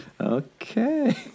Okay